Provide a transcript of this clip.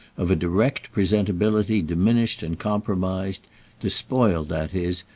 of a direct presentability diminished and compromised despoiled, that is,